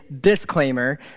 disclaimer